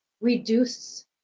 reduce